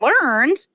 learned